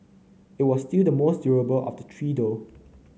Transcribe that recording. it was still the most durable of the three though